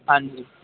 ਹਾਂਜੀ